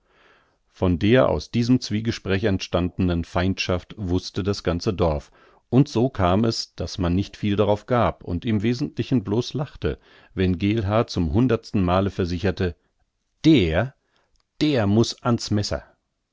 von der aus diesem zwiegespräch entstandenen feindschaft wußte das ganze dorf und so kam es daß man nicht viel darauf gab und im wesentlichen blos lachte wenn geelhaar zum hundertsten male versicherte der der muß ans messer